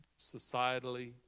societally